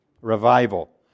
Revival